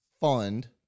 fund